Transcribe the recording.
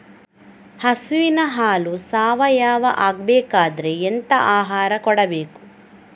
ಹಸುವಿನ ಹಾಲು ಸಾವಯಾವ ಆಗ್ಬೇಕಾದ್ರೆ ಎಂತ ಆಹಾರ ಕೊಡಬೇಕು?